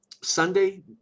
Sunday